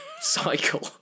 cycle